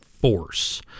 force